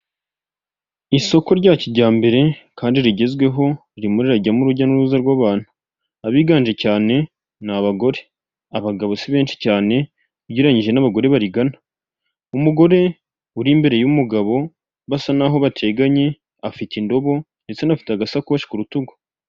Isoko rya kijyambere kandi rigezweho ririmo rirarajyamo urujya n'uruza rw'abantu, abiganje cyane ni abagore, abagabo si benshi cyane, ugereranyije n'abagore barigana umugore uri imbere y'umugabo basa naho bateganye afite indobo, ndetseanafite agasakoshi ku rutugu.